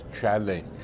challenge